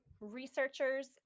researchers